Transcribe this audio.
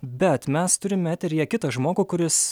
bet mes turime eteryje kitą žmogų kuris